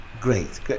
Great